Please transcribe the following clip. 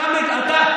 לא,